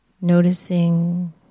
noticing